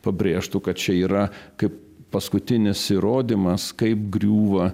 pabrėžtų kad čia yra kaip paskutinis įrodymas kaip griūva